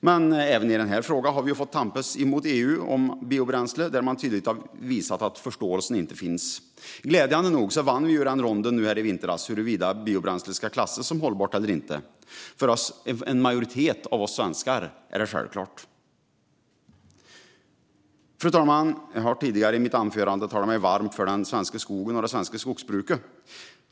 Men även i frågan om biobränsle har vi fått tampas med EU. Där har man tydligt visat att förståelsen inte finns. Glädjande nog vann vi en rond i vintras gällande huruvida biobränsle ska klassas som hållbart eller inte. För en majoritet av oss svenskar är det självklart. Fru talman! Jag har tidigare i mitt anförande talat mig varm för den svenska skogen och det svenska skogsbruket.